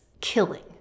killing